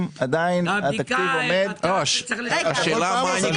עדיין התקציב עומד --- הבדיקה העלתה שצריך לשנות.